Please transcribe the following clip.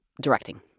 directing